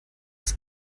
das